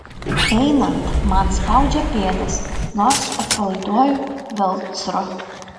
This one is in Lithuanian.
einant man spaudžia pėdas nors atpalaiduoju velcro